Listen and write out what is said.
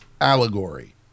allegory